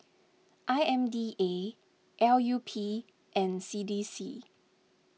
I M D A L U P and C D C